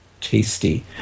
tasty